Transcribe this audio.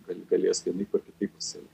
gali galės vienaip ar kitaip pasielgti